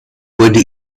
wurde